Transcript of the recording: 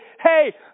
hey